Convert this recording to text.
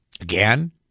Again